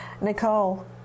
Nicole